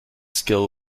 skill